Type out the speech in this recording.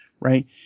right